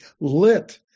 lit